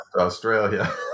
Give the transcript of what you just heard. Australia